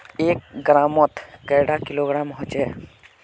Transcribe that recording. एक ग्राम मौत कैडा किलोग्राम होचे?